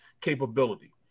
capability